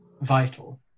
vital